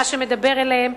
מה שמדבר אליהם,